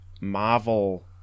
Marvel